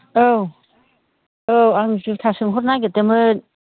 औ औ आं जुथा सोंहरनो नागिरदोंमोन